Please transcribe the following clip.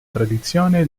tradizione